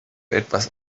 etwas